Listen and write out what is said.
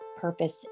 purpose